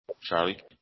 Charlie